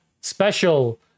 special